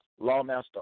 Lawmaster